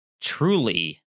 Truly